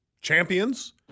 champions